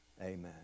amen